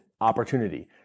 opportunity